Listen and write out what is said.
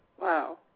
Wow